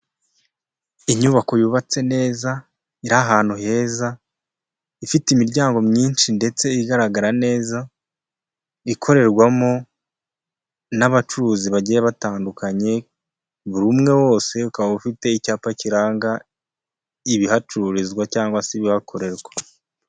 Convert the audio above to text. Inyubako yubatse neza, iri ahantu heza, ifite imiryango myinshi ndetse igaragara neza, ikorerwamo n'abacuruzi bagiye batandukanye, buri umwe wose ukaba ufite icyapa kiranga ibihacururizwa cyangwa se ibihakorerwa.